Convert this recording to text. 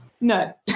No